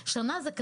שנה זה זמן